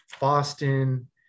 Boston